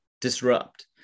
disrupt